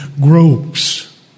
gropes